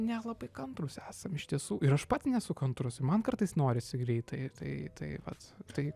nelabai kantrūs esam iš tiesų ir aš pats nesu kantrus i man kartais norisi greitai tai tai vat tai